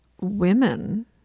women